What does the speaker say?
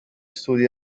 studi